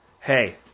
Hey